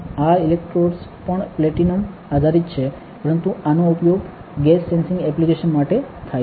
આ ઇલેક્ટ્રોડ્સ પણ પ્લેટિનમ આધારિત છે પરંતુ આનો ઉપયોગ ગેસ સેન્સિંગ એપ્લિકેશન માટે થાય છે